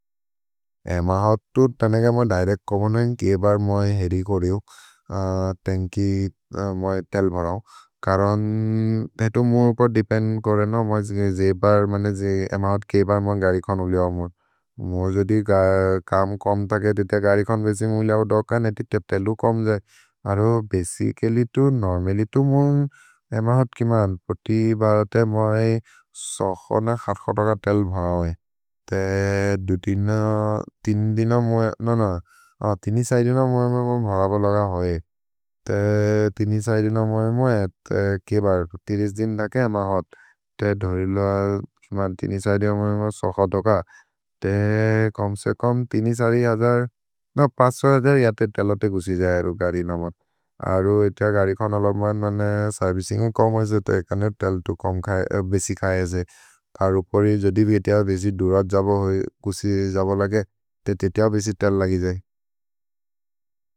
एम होत् तु तनेग मोइ दैरेक् कोबनुएन् के बर् मोइ हेरि कोरेउ, तेन्कि मोइ तेल् बरौ, करन् ते तु मोइ उपर् देपेन् कोरे नो मोइ जे बर्, मने जे एम होत् के बर् मोइ गरि कोन् उले ओमु। मोइ जोदि कम् कोम् तके, ते ते गरि कोन् बेसि मोइ उले औ दौकन्, एति ते तेलु कोम् जै। अरो बेसि के लि तु, नोर्मेलि तु मोइ एम होत् के मन्, पोति बओते मोइ सोख न खर्ख तक तेल् बरौ। ते दुतिन, तिन् दिन मोइ, नो नो, तिनि सरि दिन मोइ मोइ बोन् भरबो लग होइ। ते तिनि सरि दिन मोइ मोइ, ते के बर्, तीस दिन् दके एम होत्। ते धरिलो, सुमर् तिनि सरि दिन मोइ मोइ सोख तक। ते कोम्से कोम्, तिनि सरि अजर्, नो पसो अजर् यते तेलोते गुसि जै अरो गरि नोमद्। अरो एति अ गरि कोन् उले ओमु, मने सेर्विसिन्गु कोमो एसे, ते एकनो तेलु तु बेसि खये एसे। अरो परे, जोदि भि एति अ बेसि दुर जम होइ, गुसि जम लगे, ते एति अ बेसि तेल् लगि जै।